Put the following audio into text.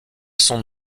son